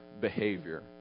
behavior